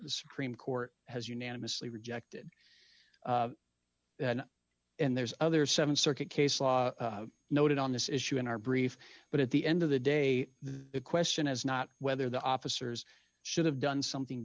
the supreme court has unanimously rejected and there's other seven circuit case law noted on this issue in our brief but at the end of the day the question is not whether the officers should have done something